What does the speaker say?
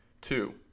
two